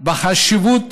בחשיבות